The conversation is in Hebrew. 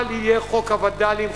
אל יהיה חוק הווד"לים,